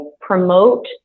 promote